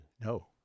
No